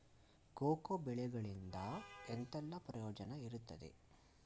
Cocoa ಬೆಳೆಗಳಿಂದ ಎಂತೆಲ್ಲ ಪ್ರಯೋಜನ ಇರ್ತದೆ?